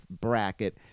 bracket